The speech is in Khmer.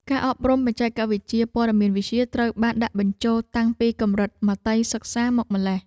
ការអប់រំផ្នែកបច្ចេកវិទ្យាព័ត៌មានវិទ្យាត្រូវបានដាក់បញ្ចូលតាំងពីកម្រិតមត្តេយ្យសិក្សាមកម្ល៉េះ។